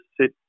sit